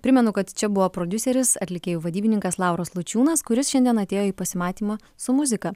primenu kad čia buvo prodiuseris atlikėjų vadybininkas lauras lučiūnas kuris šiandien atėjo į pasimatymą su muzika